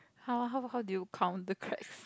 how how how do you count the crabs